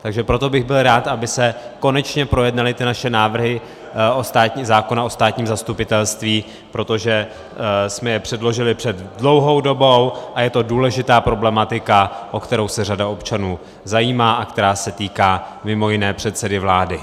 Takže proto bych byl rád, aby se konečně projednaly naše návrhy zákona o státním zastupitelství, protože jsme je předložili před dlouhou dobou a je to důležitá problematika, o kterou se řada občanů zajímá a která se týká mimo jiné předsedy vlády.